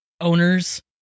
owners